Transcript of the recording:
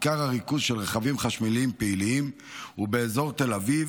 עיקר הריכוז של רכבים חשמליים פעילים הוא באזור תל אביב,